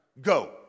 go